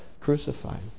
crucified